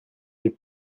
les